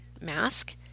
mask